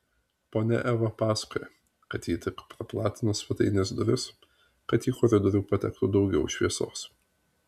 ponia eva pasakoja kad ji tik praplatino svetainės duris kad į koridorių patektų daugiau šviesos